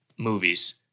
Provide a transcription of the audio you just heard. Movies